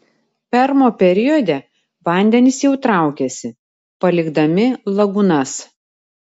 permo periode vandenys jau traukiasi palikdami lagūnas